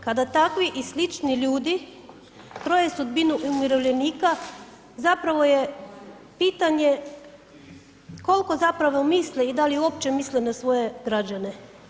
Kada takvi i slični ljudi kroje sudbinu umirovljenika zapravo je pitanje, koliko zapravo misle i da li uopće misle na svoje građane.